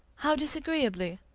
how disagreeably?